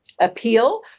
appeal